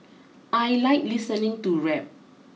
I like listening to rap